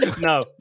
No